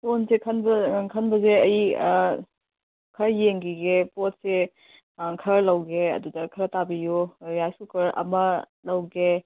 ꯀꯣꯟꯁꯦ ꯈꯟꯕ ꯈꯟꯕꯁꯦ ꯑꯩ ꯈꯔ ꯌꯦꯡꯒꯤꯒꯦ ꯄꯣꯠꯁꯦ ꯈꯔ ꯂꯧꯒꯦ ꯑꯗꯨꯗ ꯈꯔ ꯇꯥꯕꯤꯌꯣ ꯔꯥꯏꯁ ꯀꯨꯀꯔ ꯑꯃ ꯂꯧꯒꯦ